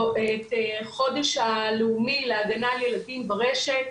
חודש הלאומי להגנה על ילדים ברשת,